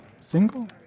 single